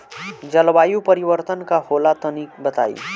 जलवायु परिवर्तन का होला तनी बताई?